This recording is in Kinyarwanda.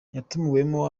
yatumiwemo